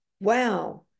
wow